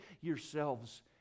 yourselves